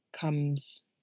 comes